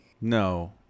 No